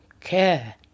care